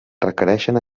requereixen